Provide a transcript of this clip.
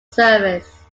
service